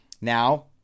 Now